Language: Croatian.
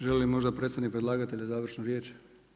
Želi li možda predstavnik predlagatelja završnu riječ?